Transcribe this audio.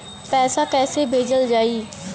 पैसा कैसे भेजल जाइ?